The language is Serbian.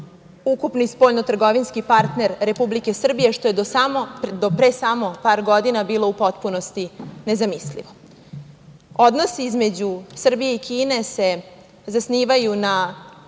ukupni spoljnotrgovinski partner Republike Srbije, što je do pre samo par godina bilo u potpunosti nezamislivo. Odnosi između Srbije i Kine se zasnivaju na